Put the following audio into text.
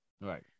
Right